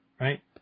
right